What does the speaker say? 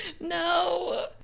No